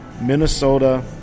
Minnesota